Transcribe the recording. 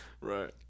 Right